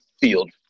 field